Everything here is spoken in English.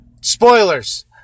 spoilers